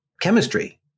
chemistry